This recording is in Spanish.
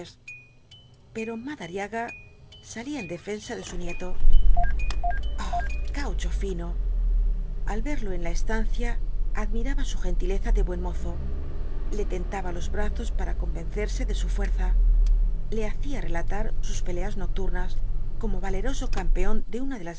pero madariaga salía en defensa de su nieto ah gaucho fino al verlo en la estancia admiraba su gentileza de buen mozo le tentaba los brazos para convencerse de su fuerza le hacía relatar sus peleas nocturnas como valeroso campeón de una de las